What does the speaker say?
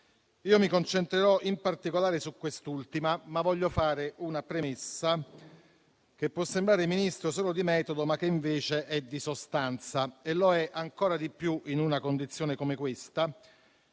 Io mi concentrerò, in particolare su quest'ultima, ma voglio fare una premessa, che può sembrare, signor Ministro, solo di metodo, ma che invece è di sostanza. E lo è ancora di più in una condizione come questa,